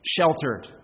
sheltered